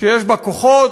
שיש בה כוחות